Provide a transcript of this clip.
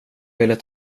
ville